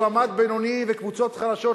של מעמד בינוני וקבוצות חלשות,